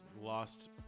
lost